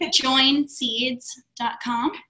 joinseeds.com